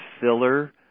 filler